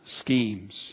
schemes